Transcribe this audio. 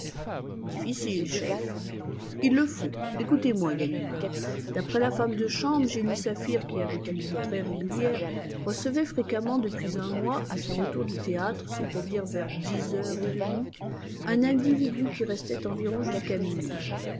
difficile chef il le faut écoutez-moi ganimard d'après la femme de chambre jenny saphir qui avait une vie très régulière recevait fréquemment depuis un mois à son retour du théâtre c'est-à-dire vers dix heures et demie un individu qui restait environ jusqu'à minuit